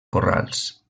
corrals